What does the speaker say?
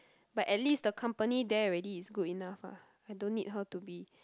but at least the company there already is good enough ah I don't need her to be